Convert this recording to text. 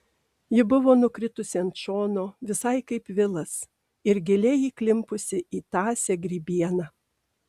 ji buvo nukritusi ant šono visai kaip vilas ir giliai įklimpusi į tąsią grybieną